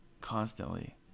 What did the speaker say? constantly